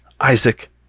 Isaac